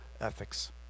ethics